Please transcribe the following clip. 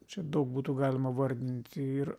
čia daug būtų galima vardinti ir